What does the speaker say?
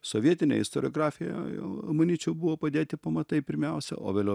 sovietinėj istoriografijoj jau manyčiau buvo padėti pamatai pirmiausia o vėliau